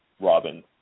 Robin